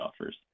offers